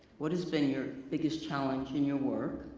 what has been your biggest challenge in your work,